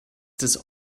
des